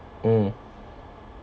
mm